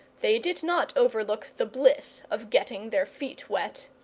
they did not overlook the bliss of getting their feet wet.